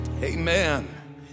Amen